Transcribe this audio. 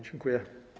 Dziękuję.